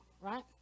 right